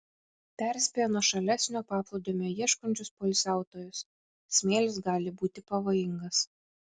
perspėja nuošalesnio paplūdimio ieškančius poilsiautojus smėlis gali būti pavojingas